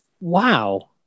wow